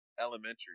Elementary